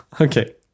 okay